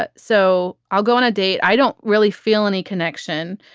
but so i'll go on a date. i don't really feel any connection.